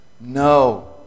No